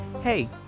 Hey